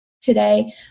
today